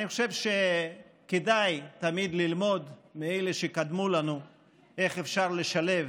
אני חושב שכדאי תמיד ללמוד מאלה שקדמו לנו איך אפשר לשלב